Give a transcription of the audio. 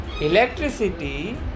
electricity